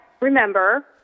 remember